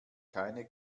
keine